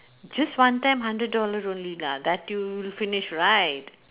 just one time hundred dollar only lah that you'll finish right